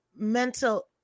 mental